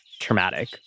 traumatic